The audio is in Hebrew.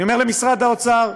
אני אומר למשרד האוצר,